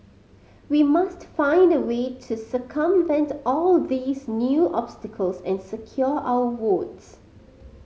we must find a way to circumvent all these new obstacles and secure our votes